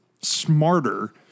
smarter